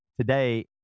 today